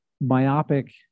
myopic